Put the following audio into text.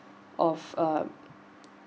of uh